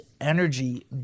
energy